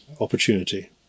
opportunity